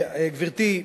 גברתי,